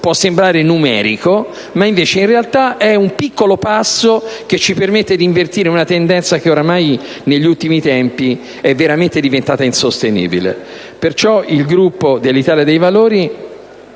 può sembrare numerico: invece, in realtà, è un piccolo passo che ci permette di invertire una tendenza che ormai, negli ultimi tempi, è diventata davvero insostenibile. Perciò il Gruppo dell'Italia dei Valori